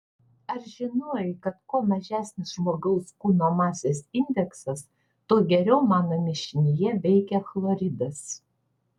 ar žinojai kad kuo mažesnis žmogaus kūno masės indeksas tuo geriau mano mišinyje veikia chloridas